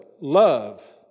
love